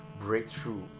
breakthrough